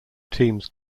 teams